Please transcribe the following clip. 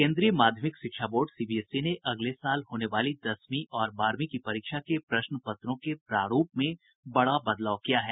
केन्द्रीय माध्यमिक शिक्षा बोर्ड ने अगले साल होने वाली दसवीं और बारहवीं की परीक्षा के प्रश्न पत्रों के प्रारूप में बड़ा बदलाव किया है